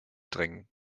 drängen